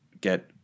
get